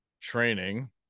training